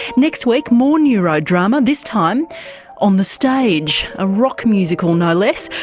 next week, more neurodrama, this time on the stage. a rock musical no less.